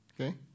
Okay